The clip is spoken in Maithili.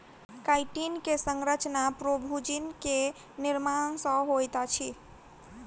काइटिन के संरचना प्रोभूजिन के निर्माण सॅ होइत अछि